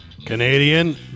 Canadian